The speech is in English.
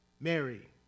Mary